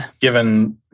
given